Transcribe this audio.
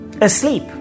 asleep